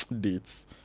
dates